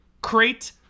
Crate